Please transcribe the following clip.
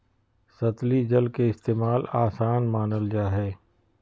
सतही जल के इस्तेमाल, आसान मानल जा हय